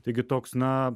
taigi toks na